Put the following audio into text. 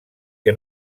que